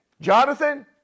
Jonathan